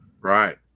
Right